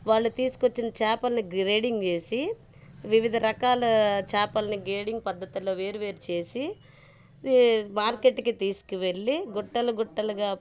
వాళ్ళు తీసుకొచ్చిన చాపల్ని గ్రేడింగ్ వేసి వివిధ రకాల చాపలని గెడింగ్ పద్ధతులో వేరు వేరు చేసి మార్కెట్కి తీసుకువెళ్ళి గుట్టలు గుట్టలుగా